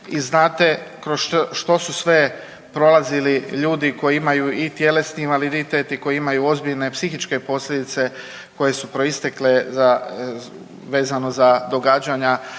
i znate kroz što su sve prolazili ljudi koji imaju i tjelesni invaliditet i koji imaju ozbiljne psihičke posljedice koje su proistekle vezano za događanja